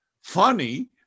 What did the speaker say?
funny